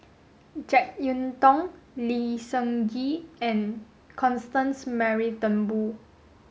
Jek Yeun Thong Lee Seng Gee and Constance Mary Turnbull